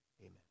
Amen